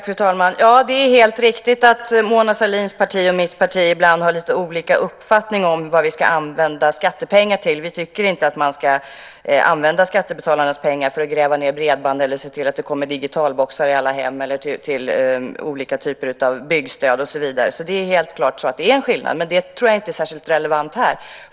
Fru talman! Det är helt riktigt att Mona Sahlins parti och mitt parti ibland har lite olika uppfattning om vad vi ska använda skattepengar till. Vi tycker inte att man ska använda skattebetalarnas pengar för att gräva ned bredband, se till att det kommer digitalboxar i alla hem eller till olika typer av byggstöd och så vidare. Det är helt klart att det är en skillnad. Men det tror jag inte är särskilt relevant här.